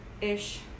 ish